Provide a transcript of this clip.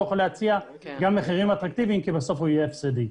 יכול להציע מחירים אטרקטיביים כי בסוף הוא יהיה הפסדי.